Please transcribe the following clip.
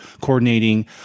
coordinating